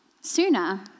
sooner